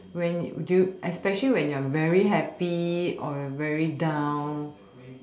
when would do you especially when you're very happy or very down